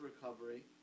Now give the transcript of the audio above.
recovery